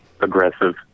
aggressive